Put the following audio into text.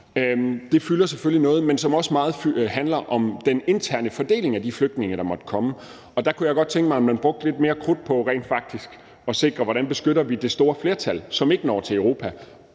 fylder noget, men det handler også meget om den interne fordeling af de flygtninge, der måtte komme, og der kunne jeg godt tænke mig, at man rent faktisk brugte lidt mere krudt på at sikre, hvordan vi beskytter det store flertal, som ikke når til Europa,